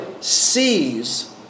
sees